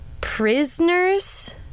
prisoners